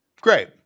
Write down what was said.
Great